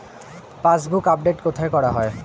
Passbook update কোথায় করা হয়?